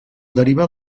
deriva